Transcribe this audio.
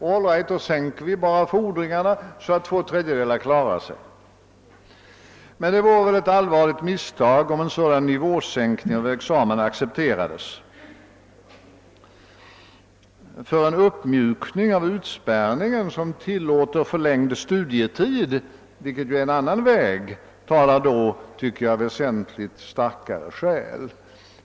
All right, då sänker vi fordringarna så att två tredjedelar klarar sig.> Men det vore ett allvarligt misstag, om en sådan nivåsänkning av en examen accepterades. För en uppmjukning av utspärrningen som tillåter förlängd studietid, vilket är en annan väg, talar enligt min mening väsentligt starkare skäl.